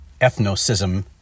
ethnocism